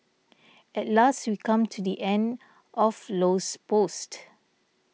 at last we come to the end of Low's post